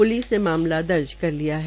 police ने मामला दर्ज कर लिया है